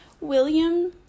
William